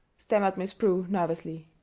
stammered miss prue nervously.